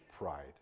pride